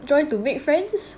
join to make friends